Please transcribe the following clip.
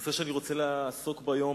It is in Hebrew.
הנושא שאני רוצה לעסוק בו היום,